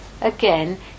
again